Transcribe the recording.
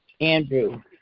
Andrew